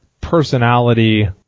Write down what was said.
personality